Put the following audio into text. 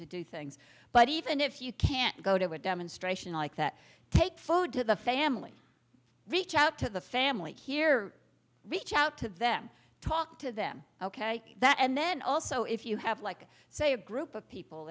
to do things but even if you can't go to a demonstration like that take food to the family reach out to the family here reach out to them talk to them ok that and then also if you have like say a group of people